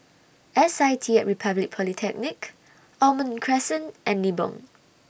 S I T At Republic Polytechnic Almond Crescent and Nibong